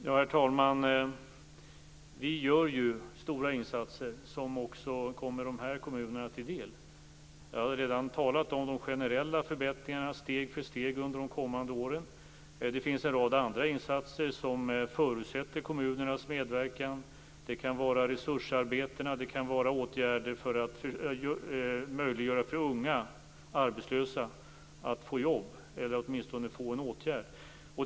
Herr talman! Vi gör stora insatser som också kommer dessa kommuner till del. Jag har redan talat om de generella förbättringarna som kommer steg för steg under de kommande åren. Det finns en rad andra insatser som förutsätter kommunernas medverkan. Det kan vara resursarbeten, åtgärder för att möjliggöra för unga arbetslösa att få jobb, eller åtminstone bli föremål för en åtgärd.